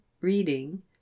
reading